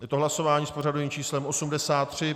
Je to hlasování s pořadovým číslem 83.